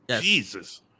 Jesus